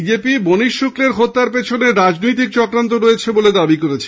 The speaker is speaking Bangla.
বিজেপি মনীশ শুক্লা হত্যার পেছনে রাজনৈতিক চক্রান্ত রয়েছে বলে দাবি করেছে